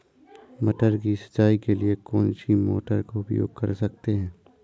मटर की सिंचाई के लिए कौन सी मोटर का उपयोग कर सकते हैं?